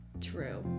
True